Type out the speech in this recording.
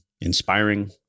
inspiring